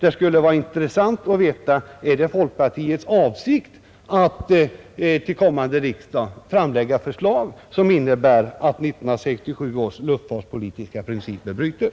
Det skulle vara intressant att veta om det är folkpartiets avsikt att till kommande riksdag framlägga förslag som innebär att 1967 års luftfartspolitiska principer bryts.